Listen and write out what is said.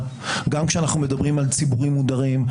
גם כשאנחנו מדברים על ציבורים מודרים,